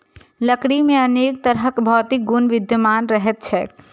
लकड़ी मे अनेक तरहक भौतिक गुण विद्यमान रहैत छैक